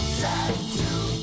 tattoo